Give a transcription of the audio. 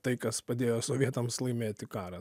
tai kas padėjo sovietams laimėti karą